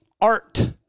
art